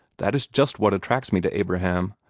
that is just what attracts me to abraham.